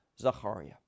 Zachariah